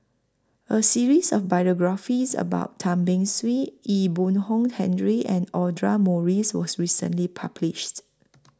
A series of biographies about Tan Beng Swee Ee Boon Kong Henry and Audra Morrice was recently published